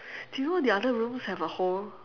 do you know the other rooms have a hole